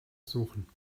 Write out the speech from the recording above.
suchen